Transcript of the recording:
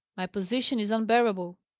my position is unbearable.